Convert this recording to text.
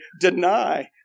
deny